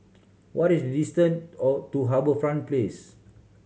what is the distant O to HarbourFront Place